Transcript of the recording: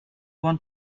want